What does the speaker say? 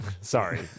Sorry